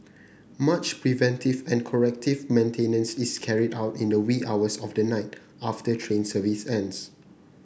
much preventive and corrective maintenance is carried out in the wee hours of the night after train service ends